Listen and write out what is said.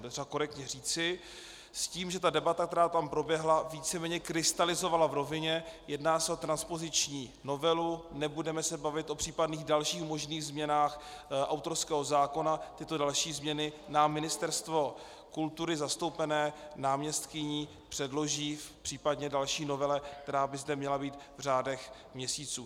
To je potřeba korektně říci s tím, že ta debata, která tam proběhla, víceméně krystalizovala v rovině: jedná se o transpoziční novelu, nebudeme se bavit o případných dalších možných změnách autorského zákona, tyto další změny nám Ministerstvo kultury, zastoupené náměstkyní, předloží v případné další novele, která by zde měla být v řádech měsíců.